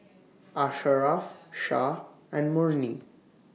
Asharaff Shah and Murni